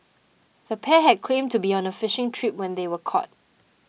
the pair had claimed to be on a fishing trip when they were caught